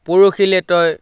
পৰহিলৈ তই